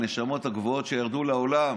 מהנשמות הגבוהות שירדו לעולם,